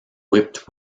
whipped